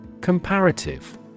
Comparative